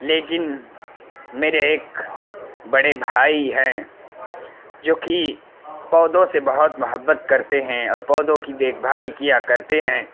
لیکن میرے ایک بڑے بھائی ہیں جوکہ پودوں سے بہت محبت کرتے ہیں اور پودوں کی دیکھ بھال کیا کرتے ہیں